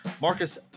Marcus